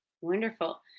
Wonderful